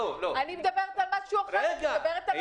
אבל זה שם.